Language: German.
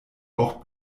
auch